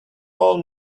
all